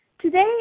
today